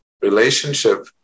relationship